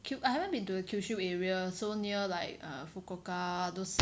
cause I haven't been to Kyushu area so near like err Fukuoka those